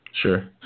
Sure